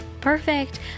perfect